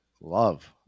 Love